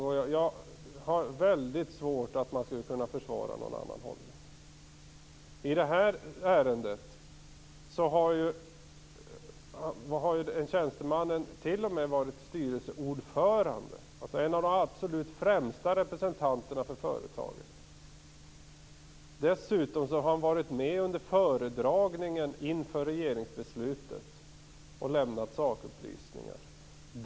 Jag har väldigt svårt att se att man skulle kunna försvara någon annan hållning. I det här ärendet har ju tjänstemannen t.o.m. varit styrelseordförande, dvs. en av de absolut främsta representanterna för företaget. Dessutom har han varit med under föredragningen inför regeringsbeslutet och lämnat sakupplysningar.